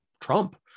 Trump